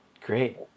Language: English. Great